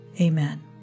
Amen